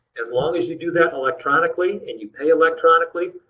as long as you do that electronically and you pay electronically,